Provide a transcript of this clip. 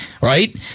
right